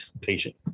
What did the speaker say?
Patient